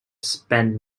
spend